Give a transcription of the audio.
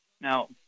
Now